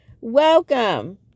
Welcome